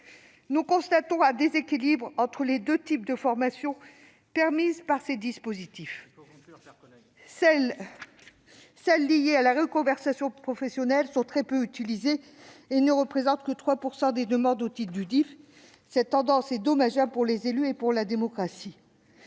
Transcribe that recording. Nous constatons un déséquilibre entre les deux types de formations permises par ces dispositifs : celles qui sont liées à la reconversion professionnelle sont très peu utilisées et ne représentent que 3 % des demandes au titre du DIFE. Cette tendance est dommageable pour les élus et pour la démocratie.